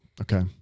Okay